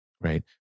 right